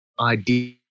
idea